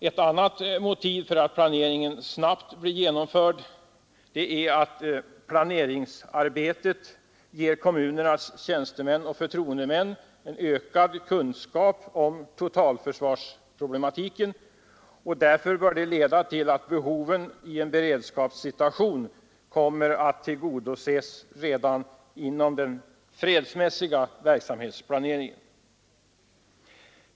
Ett annat motiv för att planeringen snabbt blir genomförd är att planeringsarbetet ger kommunernas tjänstemän och förtroendemän ökad kunskap om totalförsvarsproblematiken, vilket bör leda till att behoven i en beredskapssituation tillgodoses redan inom den fredsmässiga verksamhetsplaneringen.